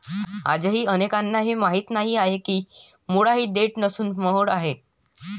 आजही अनेकांना हे माहीत नाही की मुळा ही देठ नसून मूळ आहे